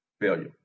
failure